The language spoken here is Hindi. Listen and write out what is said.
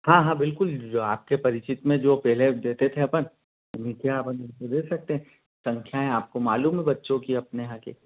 हाँ हाँ बिल्कुल जो आपके परिचित में जो पहले देते थे अपन उनके यहाँ अपन उनको दे सकते हैं संख्याएँ आपको मालूम है बच्चों की अपने यहाँ की